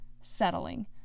settling